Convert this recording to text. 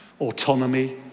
Autonomy